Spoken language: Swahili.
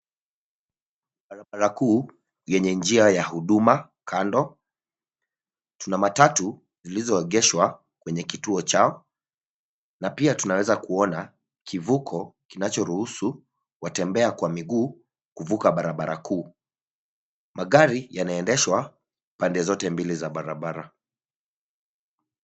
Barabara kuu yenye njia ya huduma kando, tuna matatu zilizoegeshwa kwenye kituo chao na pia tunaweza kuona kivuko kinachoruhusu watembea kwa miguu kuvuka barabara kuu. Magari yanaendeshwa pande zote mbili za barabara.